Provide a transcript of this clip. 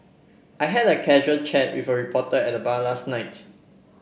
I had a casual chat with a reporter at the bar last night